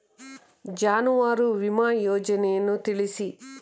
ಜಾನುವಾರು ವಿಮಾ ಯೋಜನೆಯನ್ನು ತಿಳಿಸಿ?